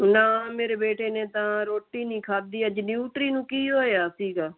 ਨਾ ਮੇਰੇ ਬੇਟੇ ਨੇ ਤਾਂ ਰੋਟੀ ਨਹੀਂ ਖਾਦੀ ਅੱਜ ਨਿਊਟਰੀ ਨੂੰ ਕੀ ਹੋਇਆ ਸੀਗਾ